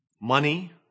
money